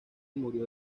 murió